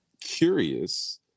curious